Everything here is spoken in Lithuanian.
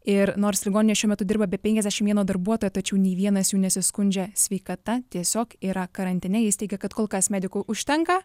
ir nors ligoninė šiuo metu dirba be penkiasdešimt vieno darbuotojo tačiau nei vienas jų nesiskundžia sveikata tiesiog yra karantine jis teigia kad kol kas medikų užtenka